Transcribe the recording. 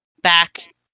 back